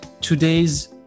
today's